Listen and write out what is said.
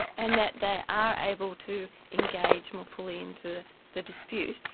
and that they are able to engage more fully into the dispute,